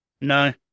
No